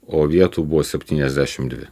o vietų buvo septyniasdešimt dvi